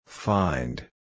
Find